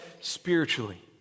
spiritually